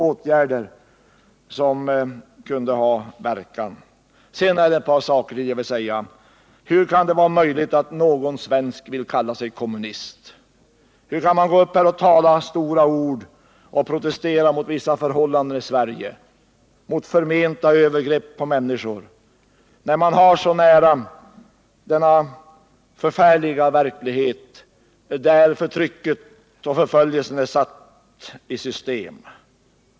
159 Jag vill sedan göra ett tillägg och fråga: Hur kan det vara möjligt att någon svensk vill kalla sig kommunist? Hur kan man gå upp här i talarstolen och tala stora ord och protestera mot vissa förhållanden i Sverige, mot förmenta övergrepp på människor, när man så nära har denna förfärliga verklighet där förtrycket och förföljelsen är satta i system?